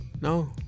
No